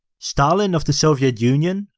stalin of the soviet union,